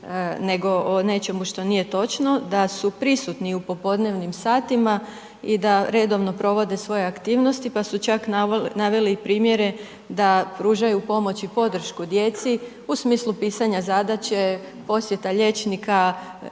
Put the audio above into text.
nego o nečemu što nije točno, da su prisutni u popodnevnim satima i da redovno provode svoje aktivnosti, pa su čak naveli i primjere da pružaju pomoć i podršku djeci u smislu pisanja zadaće, posjeta liječnika